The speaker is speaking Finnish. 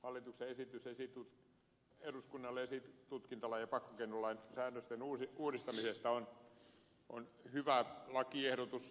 hallituksen esitys eduskunnalle esitutkintalain ja pakkokeinolain säädösten uudistamisesta on hyvä lakiehdotus